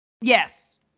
Yes